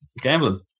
Gambling